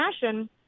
fashion